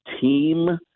team